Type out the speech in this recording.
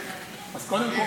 קודם כול,